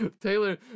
Taylor